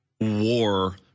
war